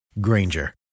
Granger